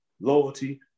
loyalty